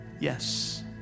Yes